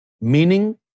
meaning